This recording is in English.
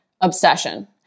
obsession